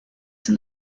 s’en